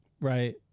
Right